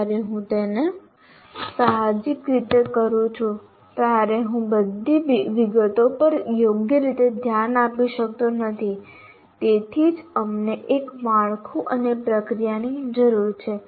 જ્યારે હું તેને સાહજિક રીતે કરું છું ત્યારે હું બધી વિગતો પર યોગ્ય રીતે ધ્યાન આપી શકતો નથી તેથી જ અમને એક માળખું અને પ્રક્રિયાની જરૂર છે